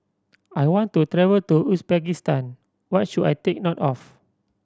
I want to travel to Uzbekistan what should I take note of